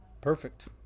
perfect